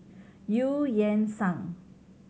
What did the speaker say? Eu Yan Sang